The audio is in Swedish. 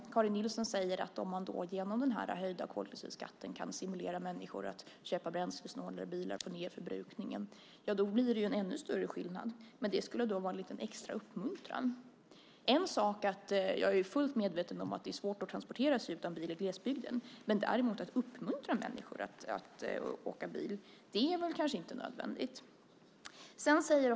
Karin Nilsson säger att man genom den höjda koldioxidskatten kan stimulera människor att köpa bränslesnålare bilar och få ned förbrukningen. Då blir det en ännu större skillnad. Men det skulle vara en liten extra uppmuntran. Jag är fullt medveten om att det är svårt att transportera sig utan bil i glesbygden. Att däremot uppmuntra människor att åka bil är kanske inte nödvändigt.